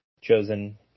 chosen